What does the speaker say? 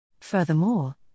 Furthermore